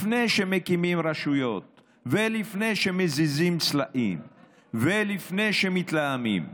לפני שמקימים רשויות ולפני שמזיזים סלעים ולפני שמתלהמים.